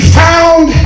found